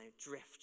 drift